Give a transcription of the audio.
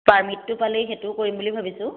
পাৰ্মিটটো পালেই সেইটোও কৰিম বুলি ভাবিছোঁ